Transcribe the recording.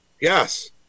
Yes